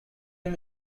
him